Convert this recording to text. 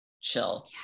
chill